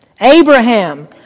Abraham